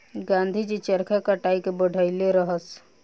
गाँधी जी चरखा कताई के बढ़इले रहस